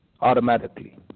automatically